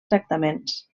tractaments